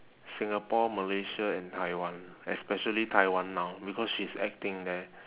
singapore malaysia and taiwan especially taiwan now because she's acting there